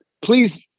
please